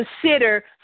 consider